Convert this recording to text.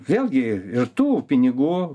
vėlgi ir tų pinigų